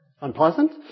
unpleasant